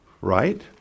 Right